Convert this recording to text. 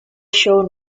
shown